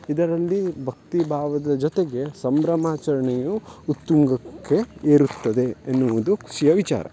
ಇದರಲ್ಲಿ ಭಕ್ತಿ ಭಾವದ ಜೊತೆಗೆ ಸಂಭ್ರಮಾಚರಣೆಯು ಉತ್ತುಂಗಕ್ಕೆ ಏರುತ್ತದೆ ಎನ್ನುವುದು ಖುಷಿಯ ವಿಚಾರ